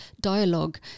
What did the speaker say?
dialogue